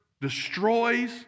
destroys